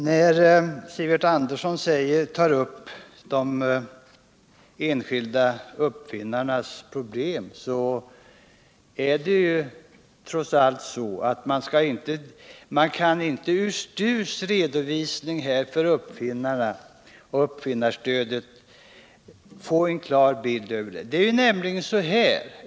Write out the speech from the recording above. När det gäller de enskilda uppfinnarnas problem är det trots allt så att man av STU:s redovisning för uppfinnarstödet inte kan få någon klar bild.